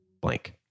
blank